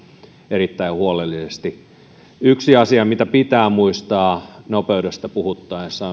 erittäin huolellisesti yksi asia mitä pitää muistaa nopeudesta puhuttaessa